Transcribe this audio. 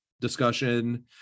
discussion